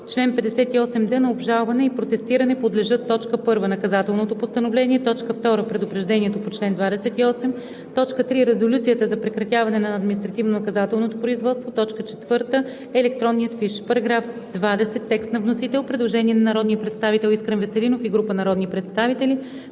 „Чл. 58д. На обжалване и протестиране подлежат: 1. наказателното постановление; 2. предупреждението по чл. 28; 3. резолюцията за прекратяване на административнонаказателното производство; 4. електронният фиш.“ По § 20 има предложение на народния представител Искрен Веселинов и група народни представители.